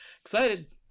excited